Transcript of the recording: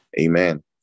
Amen